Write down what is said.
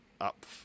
up